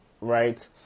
right